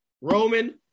Roman